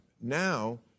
Now